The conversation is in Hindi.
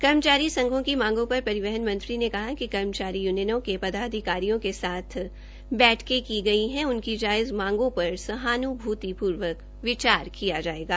कर्मचारी संघों की मांगों पर परिवहन मंत्री ने कहा कि कर्मचारी य्नियनों के पदाधिकारियों के साथ बैठकें की गई है उनकी जायज मांगों पर सहान्भूतिपूवर्क विचार किया जाएगा